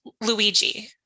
Luigi